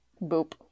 Boop